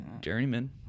journeyman